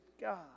God